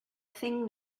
thing